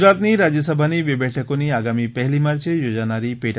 ગુજરાતની રાજયસભાની બે બેઠકોની આગામી પહેલી માર્ચે યોજાનારી પેટા